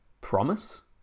promise